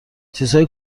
چیزهای